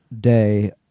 day